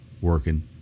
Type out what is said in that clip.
working